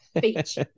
Beach